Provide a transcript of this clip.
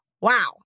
wow